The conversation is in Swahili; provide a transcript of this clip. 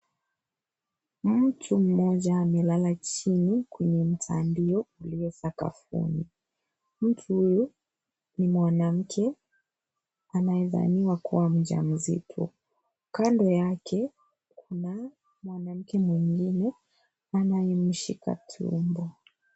Mtu mmoja amelala chini kwenye mtandio ulio sakafuni. Mtu huyu ni mwanamke anayedhaniwa kuwa mjamzito. Kando yake kuna mwanamke mwengine anayemshika tumbo.